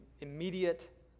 immediate